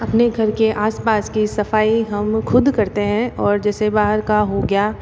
अपने घर के आस पास की सफअई हम ख़ुद करते हैं और जैसे बाहर का हो गया